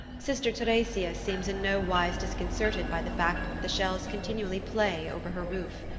sister theresia seems in no wise disconcerted by the fact that the shells continually play over her roof.